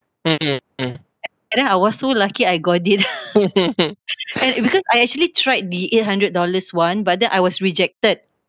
and then I was so lucky I got it and because I actually tried the eight hundred dollars one but then I was rejected